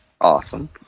Awesome